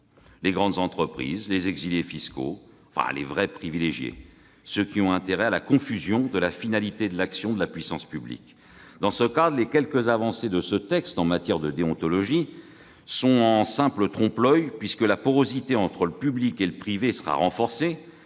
les grandes entreprises, les exilés fiscaux, les vrais privilégiés en somme, ceux qui ont intérêt à rendre confus le sens de l'action de la puissance publique. Dans ce cadre, les quelques avancées du texte en matière de déontologie sont de simples trompe-l'oeil, puisque la porosité entre le public et le privé sera renforcée,